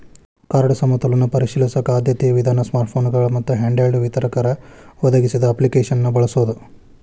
card ಸಮತೋಲನ ಪರಿಶೇಲಿಸಕ ಆದ್ಯತೆಯ ವಿಧಾನ ಸ್ಮಾರ್ಟ್ಫೋನ್ಗಳ ಮತ್ತ ಹ್ಯಾಂಡ್ಹೆಲ್ಡ್ ವಿತರಕರ ಒದಗಿಸಿದ ಅಪ್ಲಿಕೇಶನ್ನ ಬಳಸೋದ